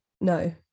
no